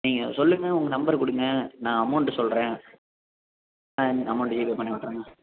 நீங்கள் சொல்லுங்க உங்கள் நம்பர் கொடுங்க நான் அமௌண்ட்டு சொல்கிறேன் இந்த அமௌண்ட்டை ஜீபே பண்ணிவிட்ருங்க